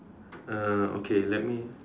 uh okay let me